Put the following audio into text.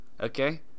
okay